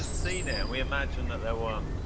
seen it, and we imagined that there weren't.